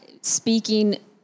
speaking